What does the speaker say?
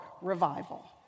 revival